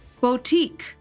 boutique